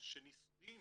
שנישואין